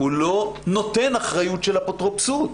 לא נותן אחריות של אפוטרופסות.